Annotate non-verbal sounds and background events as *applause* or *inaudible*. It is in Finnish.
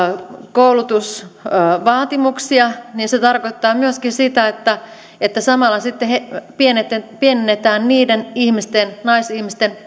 koulutusvaatimuksia niin se tarkoittaa myöskin sitä että että samalla sitten pienennetään niiden naisihmisten *unintelligible*